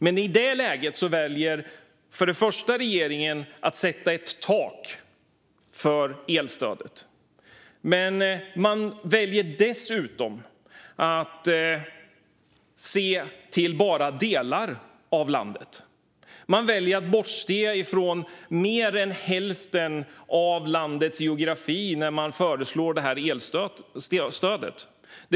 Men i det läget väljer regeringen att sätta ett tak för elstödet. Man väljer dessutom att se till bara delar av landet. Man väljer att bortse från mer än hälften av landets geografi när man föreslår det här elstödet.